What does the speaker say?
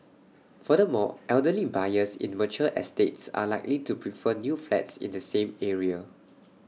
furthermore elderly buyers in mature estates are likely to prefer new flats in the same area